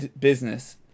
business